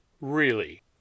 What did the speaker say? Really